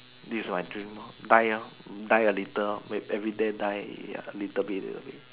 this is my dream lor die lor die a little lor everyday die a little bit a little bit